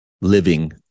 living